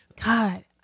god